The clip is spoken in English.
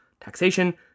Taxation